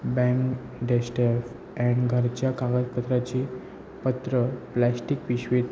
bank डेस्टेफ and घरच्या कागदपत्राची पत्र प्लॅस्टिक पिशवीत